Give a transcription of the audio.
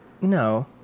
no